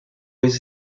les